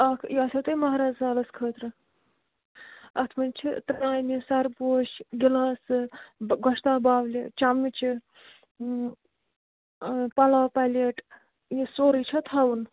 اَکھ یہِ آسیو تۄہہِ مہراز سالَس خٲطرٕ اَتھ منٛز چھِ ترامہِ سَرپوش گِلاسہٕ گۄشتاب بولہِ چَمچہٕ پلاو پلیٹ یہِ سورُے چھا تھاوُن